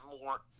more –